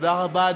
תודה רבה.